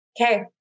Okay